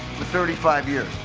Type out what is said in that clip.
for thirty five years.